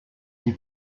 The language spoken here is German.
die